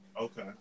Okay